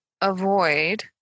avoid